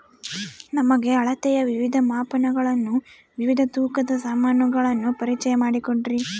ನಮಗೆ ಅಳತೆಯ ವಿವಿಧ ಮಾಪನಗಳನ್ನು ವಿವಿಧ ತೂಕದ ಸಾಮಾನುಗಳನ್ನು ಪರಿಚಯ ಮಾಡಿಕೊಡ್ರಿ?